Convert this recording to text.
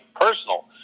personal